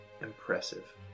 impressive